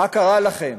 מה קרה לכם,